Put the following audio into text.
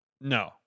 No